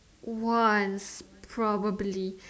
once probably